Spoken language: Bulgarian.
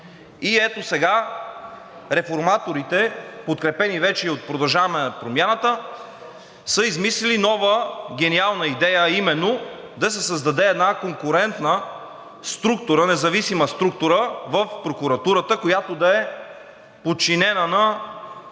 и ето сега Реформаторите, подкрепени вече и от „Продължаваме Промяната“, са измислили нова гениална идея, а именно – да се създаде една конкурентна независима структура в прокуратурата, която да е подчинена на